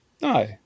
no